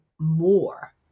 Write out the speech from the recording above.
More